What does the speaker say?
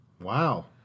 Wow